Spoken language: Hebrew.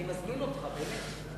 אני מזמין אותך, באמת.